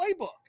playbook